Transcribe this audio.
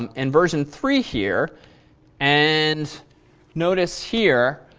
um in version three here and notice here,